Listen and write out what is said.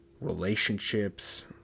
relationships